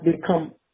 become